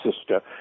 sister